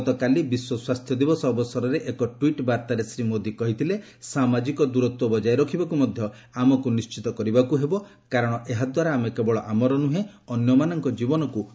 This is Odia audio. ଗତକାଲି ବିଶ୍ୱ ସ୍ୱାସ୍ଥ୍ୟ ଦିବସ ଅବସରରେ ଏକ ଟ୍ୱିଟ୍ ବାର୍ତ୍ତାରେ ଶ୍ରୀ ମୋଦୀ କହିଥିଲେ ସାମାଜିକ ଦୂରତ୍ୱ ବଜାୟ ରଖିବାକୁ ମଧ୍ୟ ଆମକୁ ନିଶ୍ଚିତ କରିବାକୁ ହେବ କାରଣ ଏହା ଦ୍ୱାରା ଆମେ କେବଳ ଆମର ନୁହେଁ ଅନ୍ୟମାନଙ୍କ ଜୀବନକୁ ବଞ୍ଚାଇ ପାରିବା